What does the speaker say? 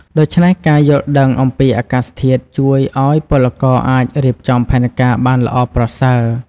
ដូច្នេះ ការយល់ដឹងអំពីអាកាសធាតុជួយឱ្យពលករអាចរៀបចំផែនការបានល្អប្រសើរ។